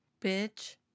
bitch